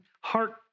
heart